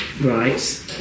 Right